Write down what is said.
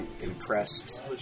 impressed